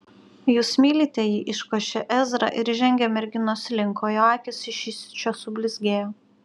jūs mylite jį iškošė ezra ir žengė merginos link o jo akys iš įsiūčio sublizgėjo